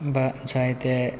जायते